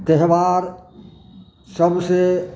त्योहार सबसे